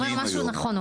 הוא אומר משהו נכון.